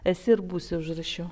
esi ir būsi užrašiau